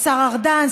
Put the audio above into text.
השר ארדן,